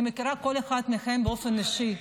אני מכירה כל אחד מכם באופן אישי.